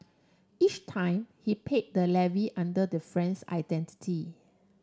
each time he paid the levy under the friend's identity